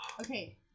Okay